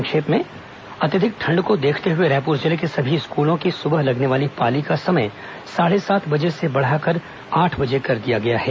संक्षिप्त समाचार अत्यधिक ठंड को देखते हुए रायपुर जिले के सभी स्कूलों की सुबह लगने वाली पाली का समय साढ़े सात बजे से बढ़ाकर आठ बजे कर दिया गया है